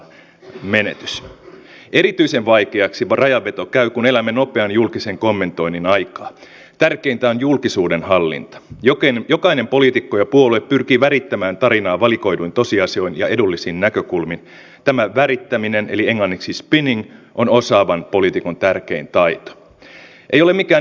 se on totta ja se johtuu pitkälti siitä että alueellisen koskemattomuuden valvontaan liittyviä tehtäviä on julkisuuden hallin jokeni jokainen poliitikko ja puolet viime aikoina ollut tavanomaista enemmän ja jos tämä ensi vuonna jatkuu niin on syytä tehdä samoin kuin tänä vuonna